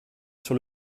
sur